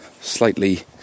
slightly